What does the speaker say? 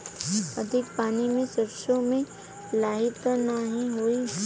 अधिक पानी से सरसो मे लाही त नाही होई?